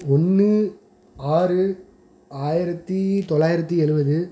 ஒன்று ஆறு ஆயிரத்து தொள்ளாயிரத்து எலுபது